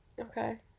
Okay